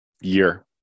year